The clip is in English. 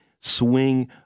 Swing